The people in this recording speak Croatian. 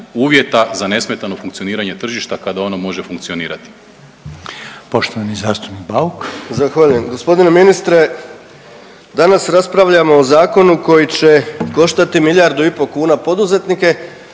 uvjeta za nesmetano funkcioniranje tržišta kada ono može funkcionirati.